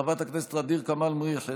חברת הכנסת ע'דיר כמאל מריח,